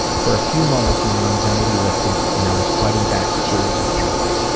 for a few moments my anxiety lifted, and i was fighting back tears of joy.